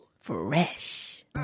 fresh